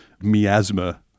Miasma